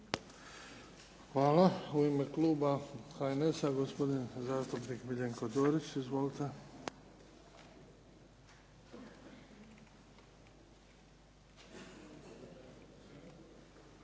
Hvala. U ime kluba HNS-a, gospodin zastupnik Miljenko Dorić. Izvolite.